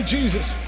Jesus